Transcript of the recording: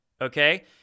okay